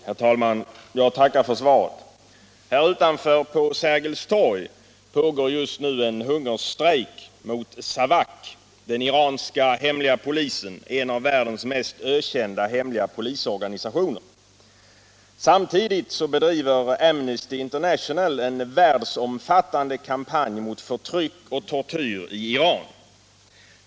Herr talman! Jag tackar för svaret. Här utanför på Sergels torg pågår just nu en hungerstrejk mot Savak, den iranska hemliga polisen som är en av världens mest ökända hemliga polisorganisationer. Samtidigt bedriver Amnesty International en världsomfattande kampanj mot förtryck och tortyr i Iran.